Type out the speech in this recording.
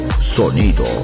sonido